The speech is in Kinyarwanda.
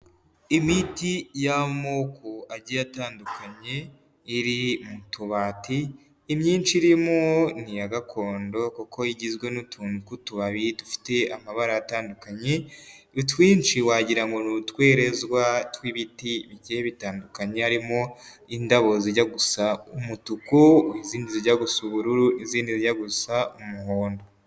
Imiti y'amoko agiye atandukanye, iri mu tubati imyinshi irimo n'iya gakondo kuko igizwe n'utuntu tw'utubabi dufite amabara atandukanye, ni twinshi wagira ngo n'utwerezwa tw'ibiti bigiye bitandukanye, harimo indabo zijya gusa umutuku izindi zijya gusa ubururu n'izindi zijya gusa umuhondo.